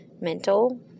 mental